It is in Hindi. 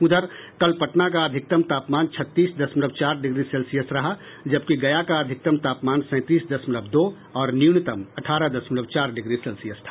उधर कल पटना का अधिकतम तापमान छत्तीस दशमलव चार डिग्री सेल्सियस रहा जबकि गया का अधिकतम तापमान सैंतीस दशमलव दो और न्यूनतम अठारह दशमलव चार डिग्री सेल्सियस था